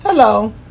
Hello